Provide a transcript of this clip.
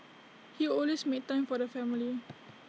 he always made time for the family